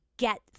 get